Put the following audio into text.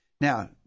Now